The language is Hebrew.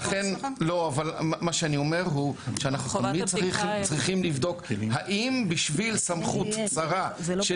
אנחנו צריכים לבדוק האם בשביל סמכות צרה של